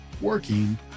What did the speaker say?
working